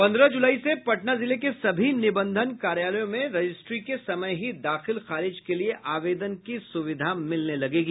पन्द्रह जुलाई से पटना जिले के सभी निबंधन कार्यालयों में रजिस्ट्री के समय ही दाखिल खारिज के लिए आवेदन की सुविधा मिलने लगेगी